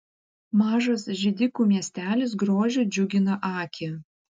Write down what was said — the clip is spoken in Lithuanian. mažas židikų miestelis grožiu džiugina akį